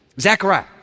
Zechariah